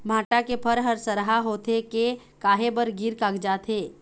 भांटा के फर हर सरहा होथे के काहे बर गिर कागजात हे?